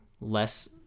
less